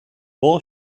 bowl